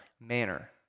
manner